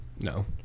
No